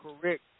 correct